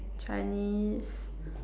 Chinese